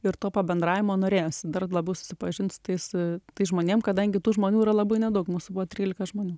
ir to pabendravimo norėjosi dar labiau susipažint su tais žmonėm kadangi tų žmonių yra labai nedaug mūsų buvo trylika žmonių